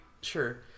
Sure